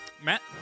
Matt